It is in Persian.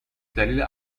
دلیل